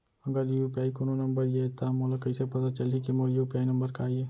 अगर यू.पी.आई कोनो नंबर ये त मोला कइसे पता चलही कि मोर यू.पी.आई नंबर का ये?